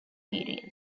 period